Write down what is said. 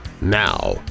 Now